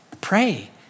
pray